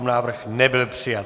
Návrh nebyl přijat.